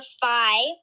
five